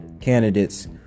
candidates